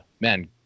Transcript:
man